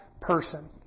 person